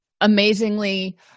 amazingly